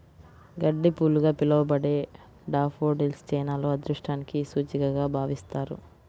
గడ్డిపూలుగా పిలవబడే డాఫోడిల్స్ చైనాలో అదృష్టానికి సూచికగా భావిస్తారు